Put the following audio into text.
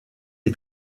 est